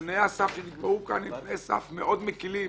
תנאי הסף שנקבעו כאן הם תנאי סף מאוד מקלים.